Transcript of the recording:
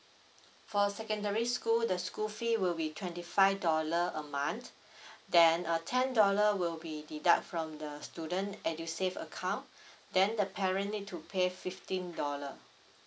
for secondary school the school fee will be twenty five dollar a month then uh ten dollar will be deduct from the student edusave account then the parent need to pay fifteen dollar